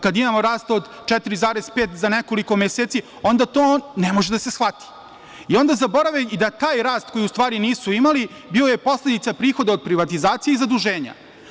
Kada imamo rast od 4,5 za nekoliko meseci, onda to ne može da se shvati, i onda zaborave i da taj rast, koji u stvari nisu imali, bio je posledica prihoda od privatizacije i zaduženja.